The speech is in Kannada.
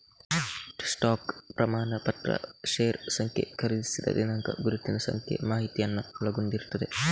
ಸ್ಟಾಕ್ ಪ್ರಮಾಣಪತ್ರ ಷೇರು ಸಂಖ್ಯೆ, ಖರೀದಿಸಿದ ದಿನಾಂಕ, ಗುರುತಿನ ಸಂಖ್ಯೆ ಮಾಹಿತಿಯನ್ನ ಒಳಗೊಂಡಿರ್ತದೆ